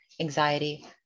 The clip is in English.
anxiety